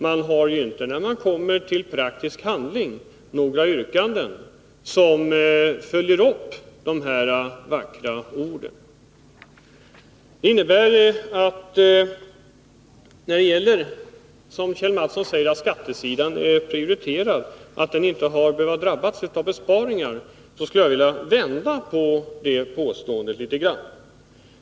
Men då det kommer till praktisk handling har man inte några yrkanden som följer upp dessa vackra ord. Kjell Mattsson säger att skattesidan är prioriterad och att den inte har behövt drabbas av besparingar. Jag skulle vilja vända på det påståendet.